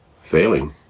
failing